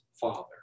father